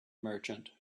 merchant